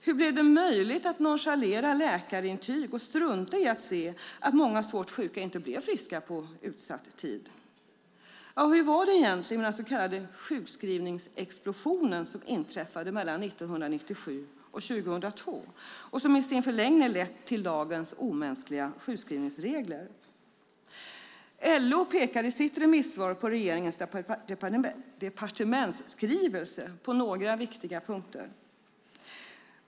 Hur blev det möjligt att nonchalera läkarintyg och strunta i att se att många svårt sjuka inte blev friska på utsatt tid? Hur var det egentligen med den så kallade sjukskrivningsexplosionen, som inträffade mellan 1997 och 2002 och som i sin förlängning lett till dagens omänskliga sjukskrivningsregler? LO pekar i sitt remissvar på regeringens departementsskrivelse på några viktiga punkter.